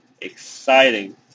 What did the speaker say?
exciting